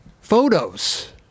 photos